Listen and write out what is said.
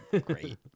great